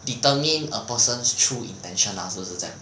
determine a person's true intention lah 是不是这样